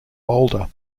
boulder